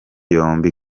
yombi